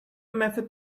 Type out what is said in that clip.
method